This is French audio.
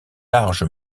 large